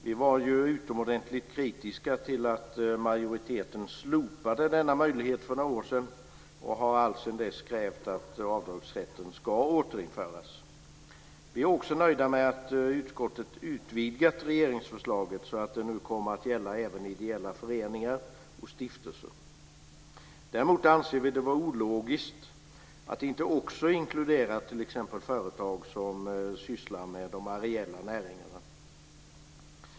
Vi var utomordentligt kritiska till att majoriteten slopade denna möjlighet för några år sedan och har alltsedan dess krävt att avdragsrätten ska återinföras. Vi är också nöjda med att utskottet utvidgat regeringsförslaget så att det nu kommer att gälla även ideella föreningar och stiftelser. Däremot anser vi det vara ologiskt att inte också inkludera t.ex. företag som sysslar med de areella näringarna.